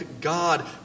God